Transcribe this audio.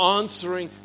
answering